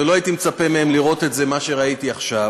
ולא הייתי מצפה מהם לראות את מה שראיתי עכשיו.